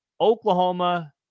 Oklahoma